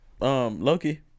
Loki